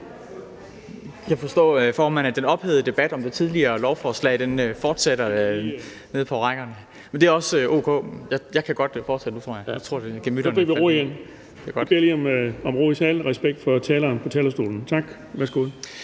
Jeg forstår, formand, at den ophedede debat om det tidligere lovforslag fortsætter nede på rækkerne, men det er også o.k. Jeg kan godt fortsætte nu, tror jeg. Kl. 14:46 Den fg. formand (Erling Bonnesen): Nu fik vi ro igen. Jeg beder lige om ro i salen og respekt for taleren på talerstolen. Tak. Værsgo.